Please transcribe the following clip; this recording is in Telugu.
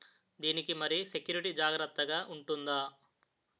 దీని కి మరి సెక్యూరిటీ జాగ్రత్తగా ఉంటుందా?